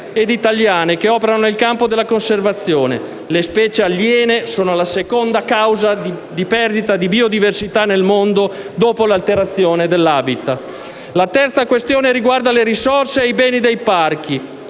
La terza questione riguarda le risorse e i beni dei parchi.